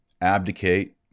abdicate